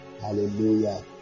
Hallelujah